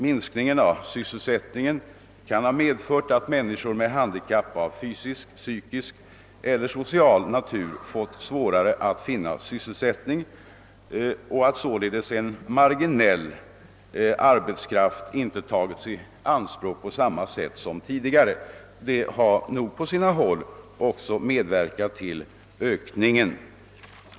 Minskningen av sysselsättningen kan ha medfört att människor med handikapp av psykisk, fysisk eller social natur fått svårare att finna arbete och att således en marginell arbetskraft inte tagits i anspråk på samma sätt som tidigare. På sina håll har nog också detta medverkat till ökningen.